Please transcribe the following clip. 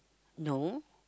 no